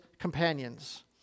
companions